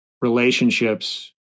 relationships